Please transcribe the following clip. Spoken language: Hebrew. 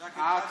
מעמד.